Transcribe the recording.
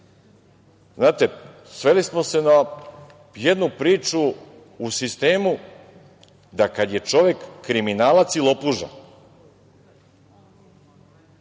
Znate, sveli smo se na jednu priču u sistemu da kad je čovek kriminalac i lopuža,